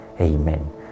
Amen